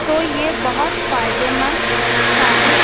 تو یہ بہت فائدے مند ثابت